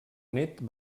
nét